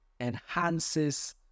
enhances